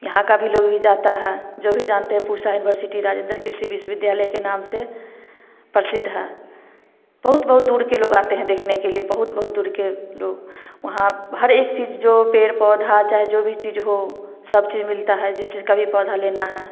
यहाँ का भी लोग भी जाता है जो भी जानते है पूसा यूनिवर्सिटी राजेंद्र कृषि विश्वविद्यालय के नाम से प्रसिद्ध है बहुत बहुत दूर के लोग आते हैं देखने के लिए बहुत बहुत दूर के लोग वहाँ हर एक चीज जो पेड़ पौधा चाहे जो भी चीज हो सब चीज मिलता है जिस चीज का पौधा लेना है